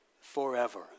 forever